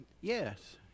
Yes